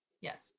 Yes